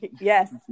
Yes